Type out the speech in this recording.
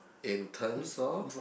in terms of